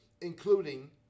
including